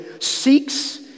seeks